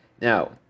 Now